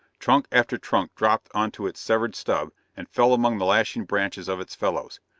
trunk after trunk dropped onto its severed stub and fell among the lashing branches of its fellows.